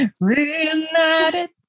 Reunited